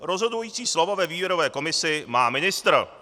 Rozhodující slovo ve výběrové komisi má ministr.